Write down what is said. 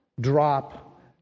drop